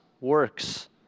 works